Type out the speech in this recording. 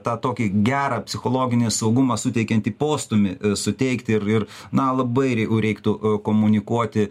tą tokį gerą psichologinį saugumą suteikiantį postūmį suteikti ir ir na labai rei reiktų komunikuoti